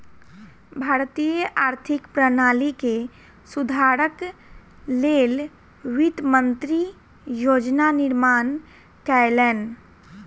भारतीय आर्थिक प्रणाली के सुधारक लेल वित्त मंत्री योजना निर्माण कयलैन